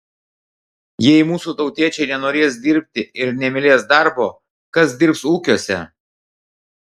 jei mūsų tautiečiai nenorės dirbti ir nemylės darbo kas dirbs ūkiuose